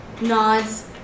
nods